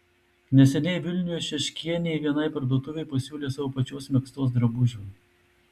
neseniai vilniuje šeškienė vienai parduotuvei pasiūlė savo pačios megztos drabužių